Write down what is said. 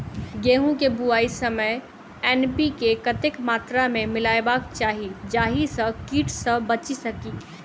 गेंहूँ केँ बुआई समय एन.पी.के कतेक मात्रा मे मिलायबाक चाहि जाहि सँ कीट सँ बचि सकी?